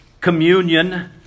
communion